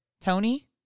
Tony